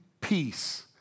peace